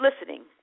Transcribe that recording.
listening